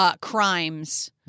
crimes